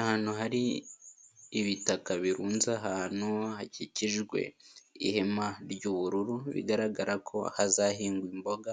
Ahantu hari ibitaka birunze ahantu hakikijwe ihema ry'ubururu bigaragara ko hazahingwa imboga,